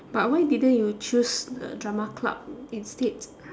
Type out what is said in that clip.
but why didn't you choose uh drama club instead